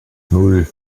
nan